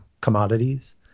commodities